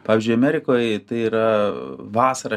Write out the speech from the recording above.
pavyzdžiui amerikoj tai yra vasarą